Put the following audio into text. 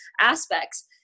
aspects